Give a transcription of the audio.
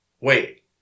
wait